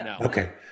okay